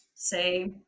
say